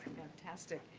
fantastic.